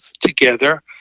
together